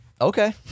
Okay